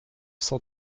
cent